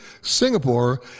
Singapore